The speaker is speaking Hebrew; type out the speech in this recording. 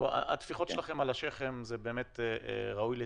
הטפיחות שלכם על השכם הן באמת ראויות לציון,